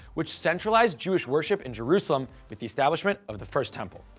which centralized jewish worship in jerusalem with the establishment of the first temple.